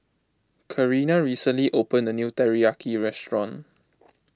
Karina recently opened a new Teriyaki restaurant